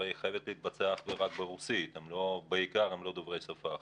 הרי היא חייבת להתבצע אך ורק ברוסית כי רובם הם לא דוברי שפה אחרת.